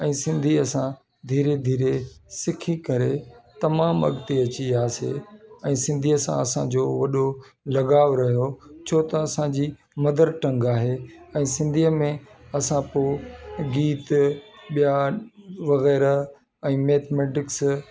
ऐं सिंधी असां धीरे धीरे सिखी करे तमामु अॻिते अची वियासीं ऐं सिंधीअ सां असांजो वॾो लॻाव रहियो छो त असांजी मदर टंग आहे ऐं सिंधीअ में असां पोइ गीत ॿिया वग़ैरह ऐं मैथमैटिक्स